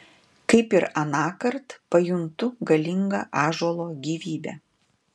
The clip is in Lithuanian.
kaip ir anąkart pajuntu galingą ąžuolo gyvybę